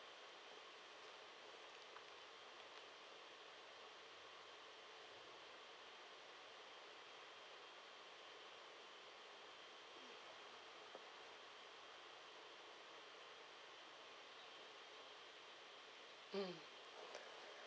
mm